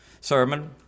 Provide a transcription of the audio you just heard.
sermon